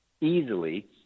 easily